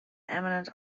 eminent